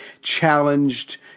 challenged